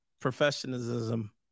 Professionalism